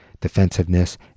defensiveness